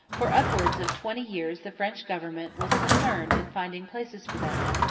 for upwards of twenty years the french government was concerned in finding places for them.